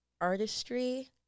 artistry